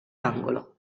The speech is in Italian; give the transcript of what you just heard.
angolo